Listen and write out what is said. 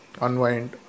unwind